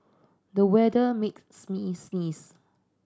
the weather make sneeze